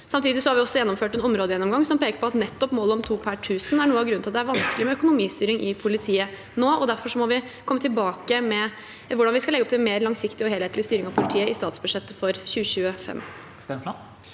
Samtidig har vi også gjennomført en områdegjennomgang som peker på at nettopp målet om to per tusen er noe av grunnen til at det er vanskelig med økonomistyring i politiet nå. Derfor må vi komme tilbake med hvordan vi skal legge opp til mer langsiktig og helhetlig styring av politiet i statsbudsjettet for 2025.